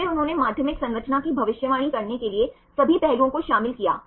और फिर उन्होंने माध्यमिक संरचना की भविष्यवाणी करने के लिए सभी पहलुओं को शामिल किया